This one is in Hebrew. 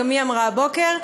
גם היא אמרה הבוקר,